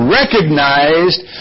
recognized